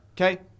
okay